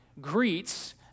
greets